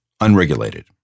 unregulated